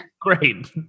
Great